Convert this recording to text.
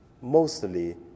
mostly